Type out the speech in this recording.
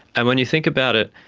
and when you think about it,